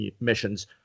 missions